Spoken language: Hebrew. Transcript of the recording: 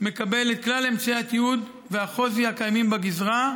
מקבל את כלל אמצעי התיעוד והחוזי הקיימים בגזרה,